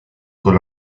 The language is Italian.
con